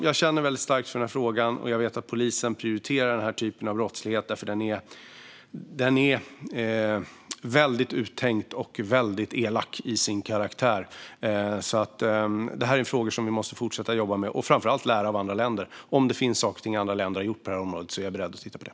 Jag känner starkt för den här frågan, och jag vet att polisen prioriterar denna typ av brottslighet. Den är väldigt uttänkt och väldigt elak till sin karaktär. Det här är frågor som vi måste fortsätta att jobba med, och vi måste framför allt lära av andra länder. Om det finns saker som andra länder har gjort på området är jag beredd att titta på det.